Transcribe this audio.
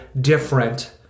different